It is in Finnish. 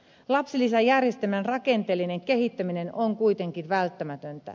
lapsilisäjärjestelmän rakenteellinen kehittäminen on kuitenkin välttämätöntä